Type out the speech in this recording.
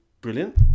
brilliant